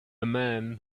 man